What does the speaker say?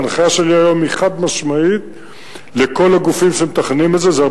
ההנחיה שלי היום היא חד-משמעית לכל הגופים שמתכננים את זה,